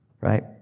right